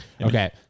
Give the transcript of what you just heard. Okay